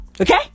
Okay